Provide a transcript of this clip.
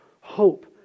hope